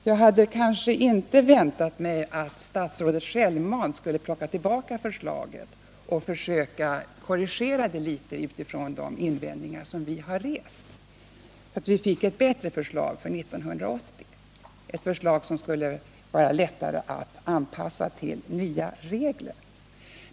Jag hade kanske inte väntat mig att statsrådet självmant skulle dra tillbaka förslaget och försöka korrigera det utifrån de invändningar som vi har rest så att vi fick ett bättre förslag för 1980, som skulle vara lättare att anpassa till nya rättvisare regler.